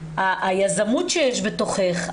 היזמות שיש בתוכך,